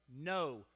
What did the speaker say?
no